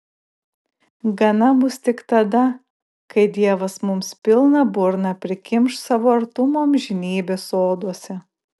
gana bus tik tada kai dievas mums pilną burną prikimš savo artumo amžinybės soduose